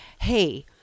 hey